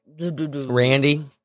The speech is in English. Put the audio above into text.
Randy